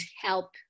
help